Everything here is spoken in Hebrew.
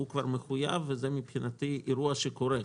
והוא כבר מחויב וזה מבחינתי אירוע שקורה,